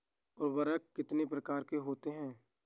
उर्वरक कितनी प्रकार के होते हैं?